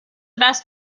best